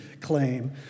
claim